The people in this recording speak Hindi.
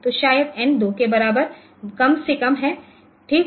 तो शायद n 2 के बराबर कम से कम है ठीक